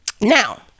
Now